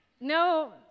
No